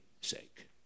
sake